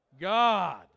God